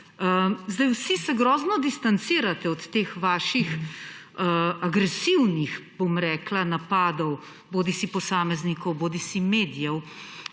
Vsi se grozno distancirate od teh vaših agresivnih napadov bodisi posameznikov bodisi medijev.